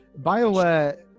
BioWare